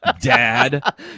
Dad